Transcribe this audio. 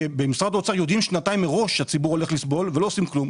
ובמשרד האוצר יודעים שנתיים מראש שהציבור הולך לסבול ולא עושים כלום,